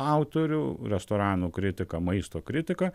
autorių restoranų kritiką maisto kritiką